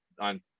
on